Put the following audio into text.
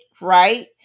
right